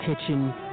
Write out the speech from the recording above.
kitchen